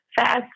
Fast